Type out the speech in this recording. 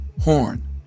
horn